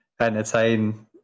entertain